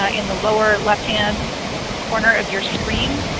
ah in the lower left-hand corner of your screen.